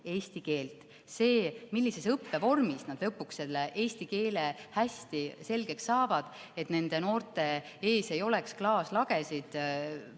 millises õppevormis nad lõpuks eesti keele hästi selgeks saavad, et nende noorte ees ei oleks klaaslagesid